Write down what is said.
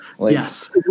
Yes